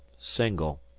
single.